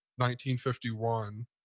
1951